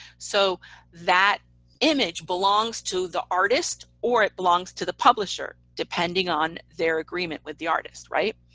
so that image belongs to the artist or it belongs to the publisher, depending on their agreement with the artist, right.